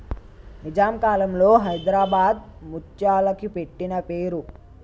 నిజాం కాలంలో హైదరాబాద్ ముత్యాలకి పెట్టిన పేరు